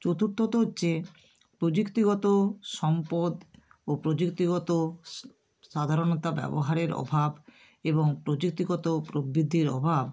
চতুর্থত হচ্ছে প্রযুক্তিগত সম্পদ ও প্রযুক্তিগত সাধারণতা ব্যবহারের অভাব এবং প্রযুক্তিগত প্রবৃত্তির অভাব